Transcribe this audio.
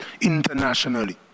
internationally